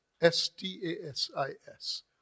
S-T-A-S-I-S